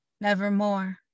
nevermore